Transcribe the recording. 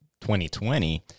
2020